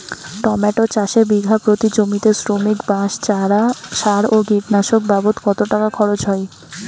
Tomato চাষে বিঘা প্রতি জমিতে শ্রমিক, বাঁশ, চারা, সার ও কীটনাশক বাবদ কত টাকা খরচ হয়?